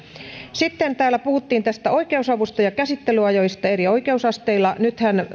sitten täällä puhuttiin oikeusavusta ja käsittelyajoista eri oikeusasteilla nythän